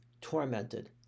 tormented